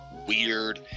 weird